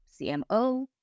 CMO